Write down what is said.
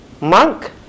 Monk